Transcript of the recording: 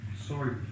sorry